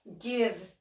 give